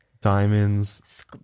diamonds